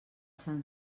sant